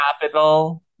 capital